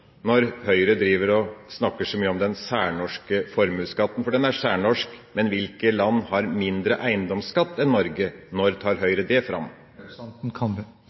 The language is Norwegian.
Høyre snakker så mye om den særnorske formuesskatten, og den er særnorsk – og når tar Høyre dette fram? Når Høyre bruker det